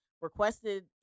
requested